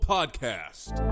Podcast